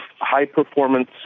high-performance